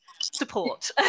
support